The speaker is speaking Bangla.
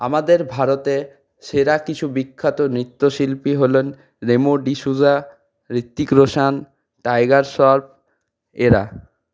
আমাদের ভারতে সেরা কিছু বিখ্যাত নৃত্যশিল্পী হলেন রেমো ডি সুজা হৃত্বিক রোশন টাইগার শ্রফ এরা